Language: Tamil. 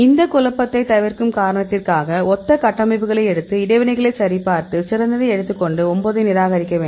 இந்த குழப்பத்தை தவிர்க்கும் காரணத்திற்காக ஒத்த கட்டமைப்புகளை எடுத்து இடைவினைகளை சரிபார்த்து சிறந்ததை எடுத்து கொண்டு 9 ஐ நிராகரிக்க வேண்டும்